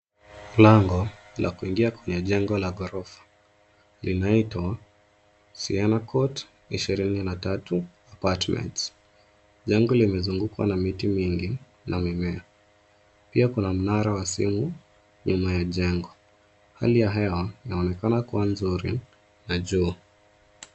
Mlango la kuingia kwenye jengo la ghorofa linaitwa cs[Siana Court]cs ishirini ya tatu, cs[apartments]cs. Jengo limezungukwa na miti mingi na mimea. Pia kuna mnara wa simu nyuma ya jengo. Hali ya hewa inaonekana kuwa nzuri na juu.